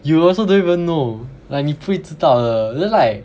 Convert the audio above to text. you also don't even know like 你不会知道的 then like